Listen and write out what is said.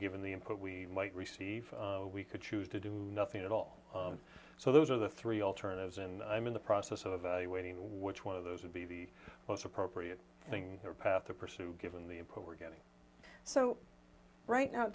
given the input we might receive we could choose to do nothing at all so those are the three alternatives and i'm in the process of evaluating which one of those would be the most appropriate thing for a path to pursue given the improve we're getting so right now